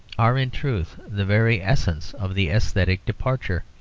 are in truth the very essence of the aesthetic departure.